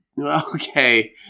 Okay